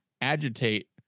agitate